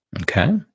Okay